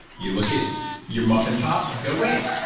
you look at your muffin top and go, wait,